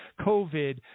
covid